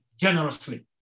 generously